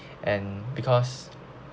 and because